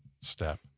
step